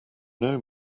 know